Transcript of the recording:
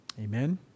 Amen